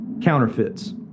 counterfeits